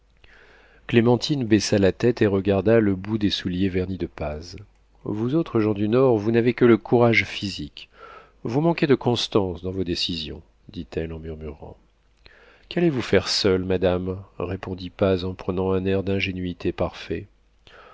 clémentine baissa la tête et regarda le bout des souliers vernis de paz vous autres gens du nord vous n'avez que le courage physique vous manquez de constance dans vos décisions dit-elle en murmurant qu'allez-vous faire seule madame répondit paz en prenant un air d'ingénuité parfait